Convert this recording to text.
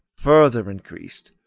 further increased.